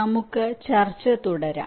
നമുക്ക് ചർച്ച തുടരാം